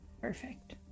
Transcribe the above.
Perfect